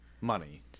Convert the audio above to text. money